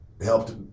helped